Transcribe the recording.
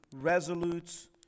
resolute